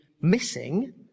missing